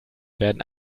werden